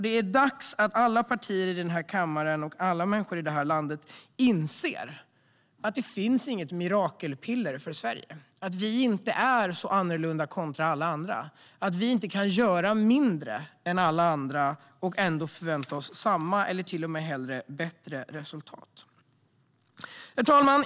Det är dags att alla partier här i kammaren och alla människor här i landet inser att det inte finns något mirakelpiller för Sverige - att vi inte skiljer oss så mycket från alla andra och att vi inte kan göra mindre än alla andra och ändå förvänta oss samma eller till och med bättre resultat. Herr talman!